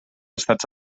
estats